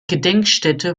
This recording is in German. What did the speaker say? gedenkstätte